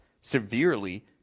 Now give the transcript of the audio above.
severely